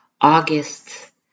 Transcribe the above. August